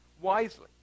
wisely